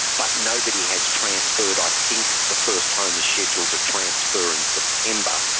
but nobody has transferred. i think the first home is scheduled to transfer in september.